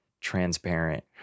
transparent